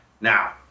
Now